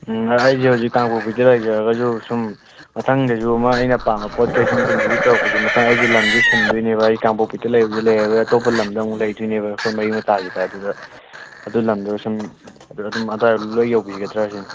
ꯑꯩꯁꯦ ꯍꯧꯖꯤꯛ ꯀꯥꯡꯄꯣꯛꯄꯤꯗ ꯂꯩꯖꯔꯒꯁꯨ ꯁꯨꯝ ꯃꯊꯪꯗꯁꯨ ꯑꯃ ꯑꯩꯅ ꯄꯥꯝꯕ ꯄꯣꯠꯈꯩ ꯁꯨꯝ ꯗꯦꯂꯤꯕꯔꯤ ꯇꯧꯔꯛꯄꯁꯦ ꯃꯊꯪ ꯑꯩꯗꯤ ꯂꯝꯁꯦ ꯁꯤꯟꯗꯣꯏꯅꯦꯕ ꯑꯩ ꯀꯥꯡꯄꯣꯛꯄꯤꯗ ꯂꯩꯕꯁꯦ ꯂꯩꯔꯔꯣꯏ ꯑꯇꯣꯞꯄ ꯂꯝꯗ ꯑꯃꯨꯛ ꯂꯩꯗꯣꯏꯅꯦꯕ ꯑꯩꯈꯣꯏ ꯃꯔꯤ ꯃꯇꯥꯒꯤꯗ ꯑꯗꯨꯗ ꯑꯗꯨ ꯂꯝꯗꯨꯗ ꯁꯨꯝ ꯑꯗꯨꯗ ꯑꯗꯨꯝ ꯑꯗꯥꯏꯕꯣꯛ ꯂꯣꯏ ꯌꯧꯕꯤꯒꯗ꯭ꯔꯥ ꯁꯤꯅꯤ